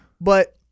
But-